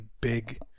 big